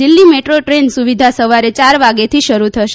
Delhi metro train સુવીધા સવારે યાર વાગેથી શરૂ થશે